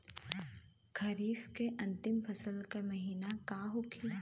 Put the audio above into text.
खरीफ के अंतिम फसल का महीना का होखेला?